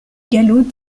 galop